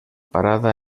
parada